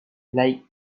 like